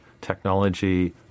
technology